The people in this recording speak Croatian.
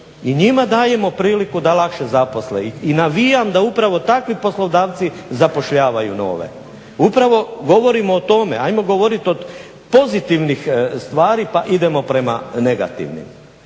I njima dajemo priliku da lakše zaposle i navijam da upravo takvi poslodavci zapošljavaju nove. Upravo govorimo o tome. Ajmo govoriti o pozitivnih stvari pa idemo prema negativnim.